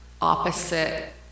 opposite